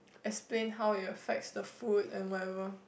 explain how it affects the food and whatever